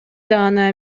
даана